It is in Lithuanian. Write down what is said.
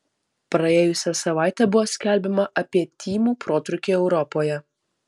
praėjusią savaitę buvo skelbiama apie tymų protrūkį europoje